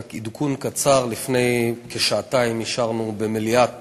רק עדכון קצר: לפני כשעתיים אישרנו במליאת